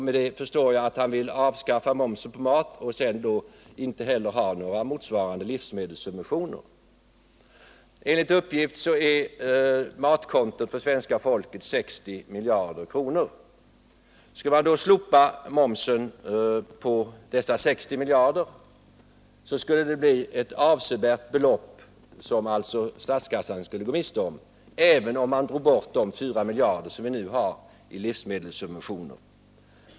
Med detta förstår jag att han vill avskaffa momsen på mat och inte ge några livsmedelssubventioner. Enligt uppgift uppgår svenska folkets matkonto till 60 miljarder kronor. Skulle man då slopa momsen på dessa 60 miljarder kronor, skulle statskassan gå miste om ett avsevärt belopp, även om man tog bort de 4 miljarder kronor som nu utgår i livsmedelssubventioner.